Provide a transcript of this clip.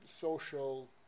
social